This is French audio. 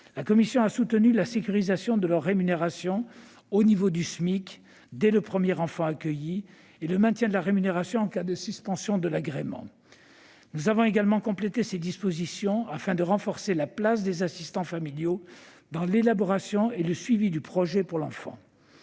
La commission a soutenu la sécurisation de leur rémunération au niveau du SMIC dès le premier enfant accueilli et le maintien de la rémunération en cas de suspension de l'agrément. Nous avons également complété ces dispositions afin de renforcer la place des assistants familiaux dans l'élaboration et le suivi du projet pour l'enfant.